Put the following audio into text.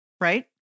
right